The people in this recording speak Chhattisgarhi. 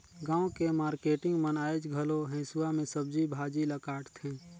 गाँव के मारकेटिंग मन आयज घलो हेसुवा में सब्जी भाजी ल काटथे